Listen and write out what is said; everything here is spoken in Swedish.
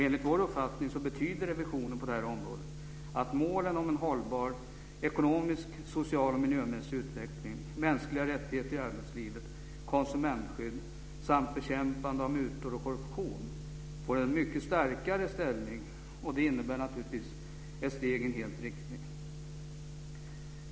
Enligt vår uppfattning betyder revisionen på det här området att målen om en hållbar ekonomisk, social och miljömässig utveckling, mänskliga rättigheter i arbetslivet, konsumentskydd samt bekämpande av mutor och korruption får en mycket starkare ställning och det innebär naturligtvis ett steg i rätt riktning.